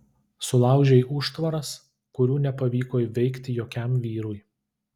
sulaužei užtvaras kurių nepavyko įveikti jokiam vyrui